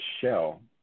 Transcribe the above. shell